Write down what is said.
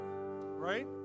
Right